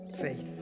faith